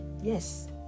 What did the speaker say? yes